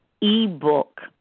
ebook